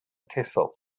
tehsil